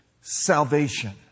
salvation